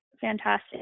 fantastic